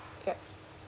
yup